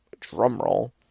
drumroll